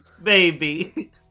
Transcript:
Baby